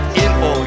info